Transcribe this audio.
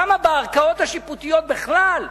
כמה בערכאות השיפוטיות בכלל?